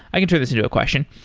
i can turn this into a question.